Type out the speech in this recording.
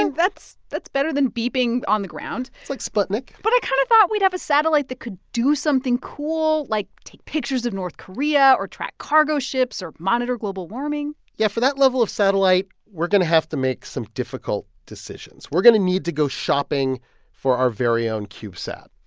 and that's that's better than beeping on the ground it's like sputnik but i kind of thought we'd have a satellite that could do something cool, like take pictures of north korea or track cargo ships or monitor global warming yeah. for that level of satellite, we're going to have to make some difficult decisions. we're going to need to go shopping for our very own cubesat.